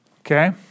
Okay